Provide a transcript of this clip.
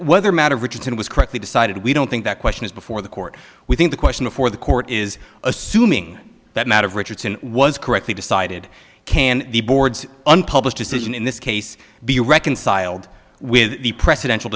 whether matter richardson was correctly decided we don't think that question is before the court we think the question before the court is assuming that matter of richardson was correctly decided can the board's unpublished decision in this case be reconciled with the presidential